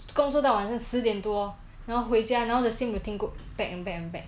工作到晚上十点多然后回家然后 the same routine go back and back and back